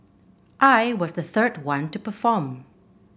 I was the third one to perform